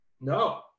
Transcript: No